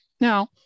Now